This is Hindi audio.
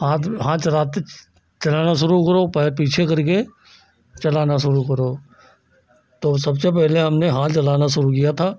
हाथ पर हाथ चलाते चलाना शुरू करो पैर पीछे करके चलाना शुरू करो तो सबसे पहले हमने हाथ चलाना शुरू किया था